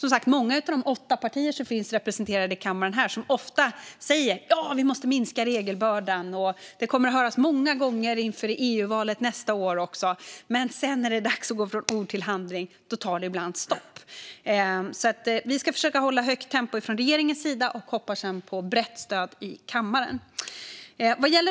Många av riksdagens åtta partier säger ofta att regelbördan måste minskas, något som vi också kommer att höra mycket inför EU-valet nästa år. Men när det är dags att gå från ord till handling tar det ibland stopp. Regeringen ska försöka hålla högt tempo och hoppas sedan på brett stöd i kammaren.